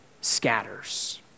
scatters